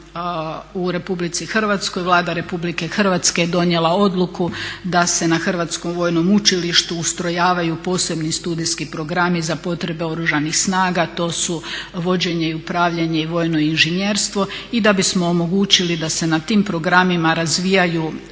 u Republici Hrvatskoj, Vlada Republike Hrvatske je donijela odluku da se na Hrvatskom vojnom učilištu ustrojavaju posebni studijski programi za potrebe Oružanih snaga. To su vođenje i upravljanje, vojno inženjerstvo i da bismo omogućili da se na tim programima razvijaju